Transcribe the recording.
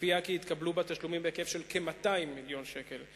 הציפייה היא כי יתקבלו בה תשלומים בהיקף של כ-200 מיליון שקל.